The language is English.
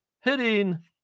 hitting